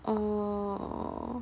orh